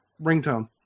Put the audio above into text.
ringtone